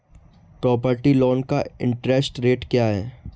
Property loan का interest rate क्या है?